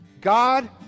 God